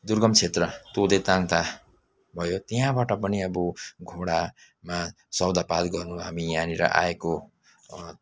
दुर्गम क्षेत्र तोदे ताङता भयो त्यहाँबाट पनि अब घोडामा सौदा पात गर्नु हामी यहाँनिर आएको